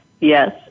Yes